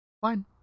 Fine